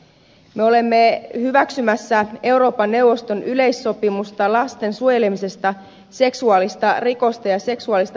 me olemme hyväksymässä euroopan neuvoston yleissopimusta lasten suojelemisesta seksuaalista rikosta ja seksuaalista hyväksikäyttöä vastaan